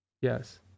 Yes